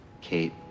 Kate